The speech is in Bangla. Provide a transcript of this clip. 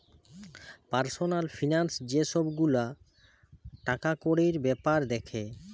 পার্সনাল ফিনান্স যে সব গুলা টাকাকড়ির বেপার দ্যাখে